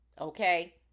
Okay